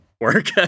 work